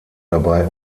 dabei